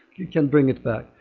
it can bring it back.